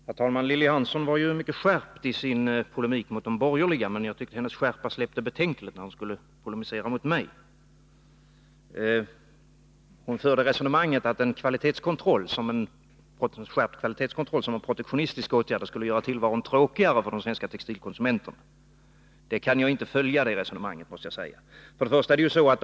Herr talman! Lilly Hansson var mycket skärpt i sin polemik mot de borgerliga, men jag tycker att hennes skärpa avtog betänkligt när hon skulle polemisera mot mig. Hennes resonemang gick ut på att en skärpt kvalitetskontroll som en protektionistisk åtgärd skulle göra tillvaron tråkigare för de svenska textilkonsumenterna. Jag måste säga att jag inte kan förstå det resonemanget.